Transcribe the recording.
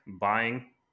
buying